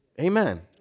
Amen